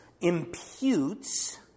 imputes